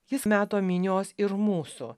jis meto minios ir mūsų